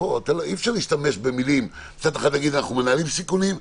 אי-אפשר מצד אחד להגיד שאנחנו מנהלים סיכונים,